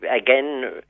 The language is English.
again